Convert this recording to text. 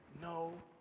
no